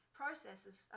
processes